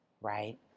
right